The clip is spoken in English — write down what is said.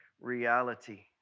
reality